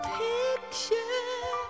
picture